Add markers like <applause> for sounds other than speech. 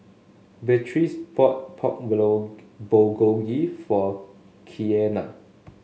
Beatrice bought Pork <unintelligible> Bulgogi for Keanna